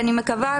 אני מקווה,